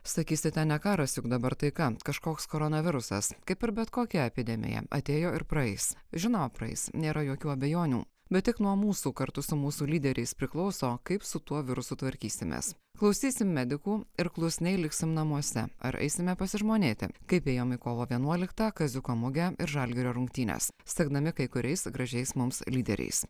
sakysite ne karas juk dabar taika kažkoks koronavirusas kaip ir bet kokia epidemija atėjo ir praeis žinoma praeis nėra jokių abejonių bet tik nuo mūsų kartu su mūsų lyderiais priklauso kaip su tuo virusu tvarkysimės klausysim medikų ir klusniai liksim namuose ar eisime pasižmonėti kaip ėjom į kovo vienuoliktą kaziuko mugę ir žalgirio rungtynes sekdami kai kuriais gražiais mums lyderiais